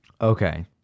Okay